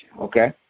Okay